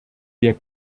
der